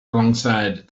alongside